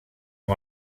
amb